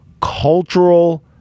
Cultural